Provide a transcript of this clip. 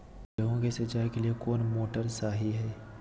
गेंहू के सिंचाई के लिए कौन मोटर शाही हाय?